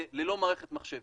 ללא מערכת מחשב.